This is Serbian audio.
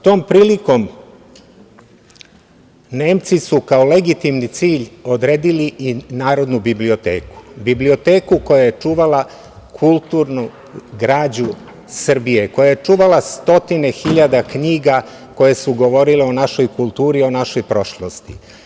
Tom prilikom Nemci su kao legitimni cilj odredili i Narodnu biblioteku, biblioteku koja je čuvala kulturnu građu Srbije, koja je čuvala stotine hiljada knjiga koje su govorile o našoj kulturi, o našoj prošlosti.